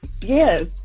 Yes